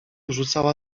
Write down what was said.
rzucała